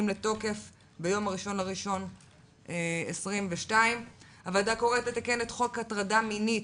לתוקף ביום 1.1.22. הוועדה קוראת לתקן את חוק הטרדה מינית,